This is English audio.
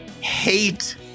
hate